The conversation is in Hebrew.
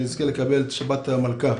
שנזכה לקבל את שבת המלכה.